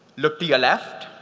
look to your left